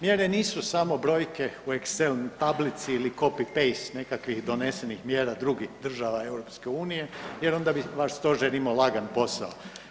Mjere nisu samo brojke u excel tablici ili copy paste nekakvih donesenih mjera drugih država EU jer onda bi vaš stožer imao lagan posao.